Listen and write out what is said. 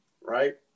right